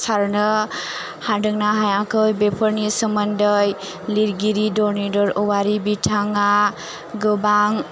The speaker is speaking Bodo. सारनो हादोंना हायाखै बेफोरनि सोमोन्दै लिरगिरि धरनीधर वारि बिथाङा गोबां